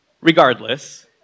Regardless